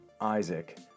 Isaac